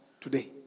today